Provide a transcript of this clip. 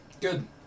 Good